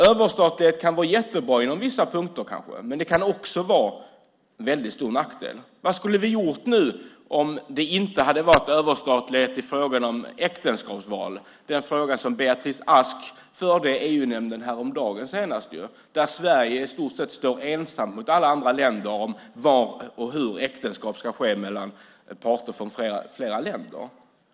Överstatlighet kan på vissa punkter vara jättebra, men det kan också vara en väldigt stor nackdel. Vad skulle vi ha gjort nu om det inte hade varit överstatlighet i frågan om äktenskapsval - den fråga som Beatrice Ask tog upp i EU-nämnden senast häromdagen? Där står Sverige i stort sett ensamt mot alla andra länder om var och hur äktenskap ska ske mellan parter från olika länder.